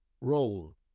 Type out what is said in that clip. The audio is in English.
roll